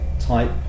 type